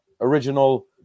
original